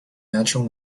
natural